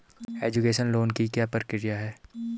Education loan की क्या प्रक्रिया है?